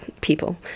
people